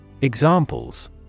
Examples